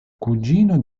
cugino